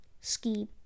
ski